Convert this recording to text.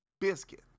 biscuit